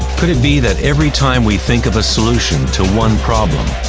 could it be that every time we think of a solution to one problem,